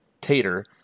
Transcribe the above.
tater